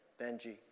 Benji